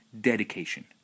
dedication